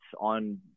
on